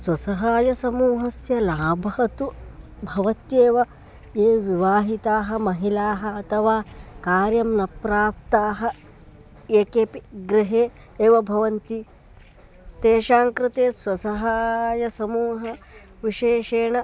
स्वसहायसमूहस्य लाभः तु भवत्येव ये विवाहिताः महिलाः अथवा कार्यं न प्राप्ताः ये केऽपि गृहे एव भवन्ति तेषां कृते स्वसहायसमूहविशेषेण